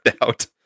out